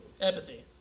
Empathy